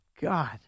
God